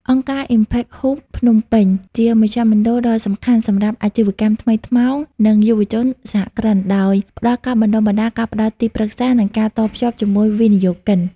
អង្គការ Impact Hub Phnom Penh ជាមជ្ឈមណ្ឌលដ៏សំខាន់សម្រាប់ "អាជីវកម្មថ្មីថ្មោង" និងយុវជនសហគ្រិន ដោយផ្ដល់ការបណ្ដុះបណ្ដាល ការផ្ដល់ទីប្រឹក្សា និងការតភ្ជាប់ជាមួយវិនិយោគិន។